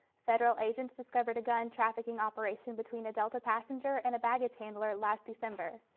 federal agents discovered a gun trafficking operation between a delta passenger and baggage handler last december.